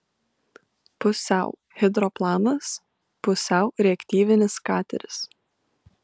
pusiau hidroplanas pusiau reaktyvinis kateris